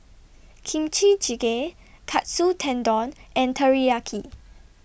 Kimchi Jjigae Katsu Tendon and Teriyaki